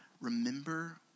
Remember